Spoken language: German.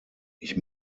ich